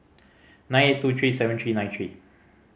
nine eight two three seven three nine three